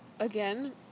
Again